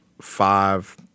five